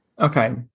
Okay